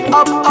up